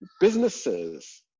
Businesses